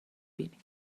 بینی